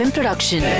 Production